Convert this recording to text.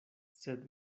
sed